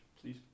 please